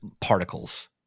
particles